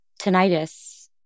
tinnitus